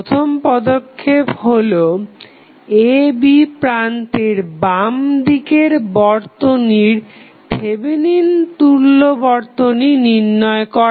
প্রথম পদক্ষেপ হলো a b প্রান্তের বাম দিকের বর্তনীর থেভেনিন তুল্য বর্তনী নির্ণয় করা